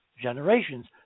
generations